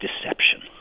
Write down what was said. deception